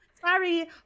Sorry